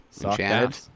Enchanted